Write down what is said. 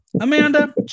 Amanda